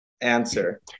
answer